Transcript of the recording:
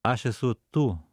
aš esu tu